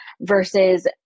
versus